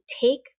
take